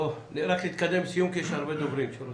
רק תתקדמי לסיום כי יש הרבה דוברים שרוצים.